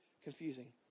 Confusing